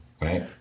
right